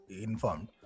informed